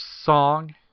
song